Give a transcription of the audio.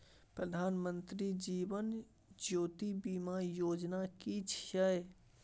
प्रधानमंत्री जीवन ज्योति बीमा योजना कि छिए?